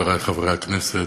חברי חברי הכנסת,